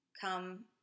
come